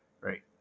right